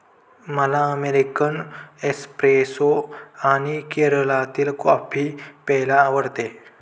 मला American espresso आणि केरळातील कॉफी प्यायला आवडते